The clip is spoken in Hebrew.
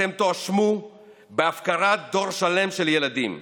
אתם תואשמו בהפקרת דור שלם של ילדים.